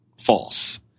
false